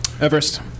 Everest